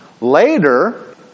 Later